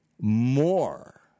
more